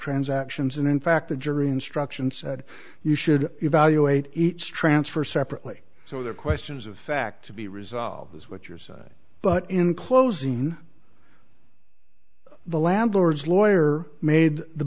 transactions and in fact the jury instructions said you should evaluate each transfer separately so there are questions of fact to be resolved is what your side but in closing the landlord's lawyer made the